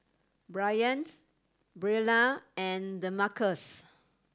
Bryant Brielle and Demarcus